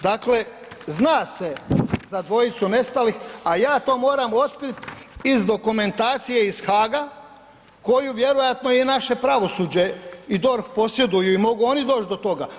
Dakle, zna se za dvojicu nestalih, a ja to moram otkriti iz dokumentacije iz Haaga koju vjerojatno i naše pravosuđe i DORH posjeduju i mogu oni doći do toga.